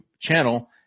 channel